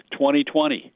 2020